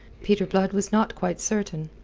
peter blood was not quite certain.